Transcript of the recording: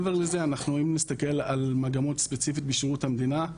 אם נסתכל על מגמות ספציפיות בשירות המדינה,